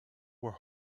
were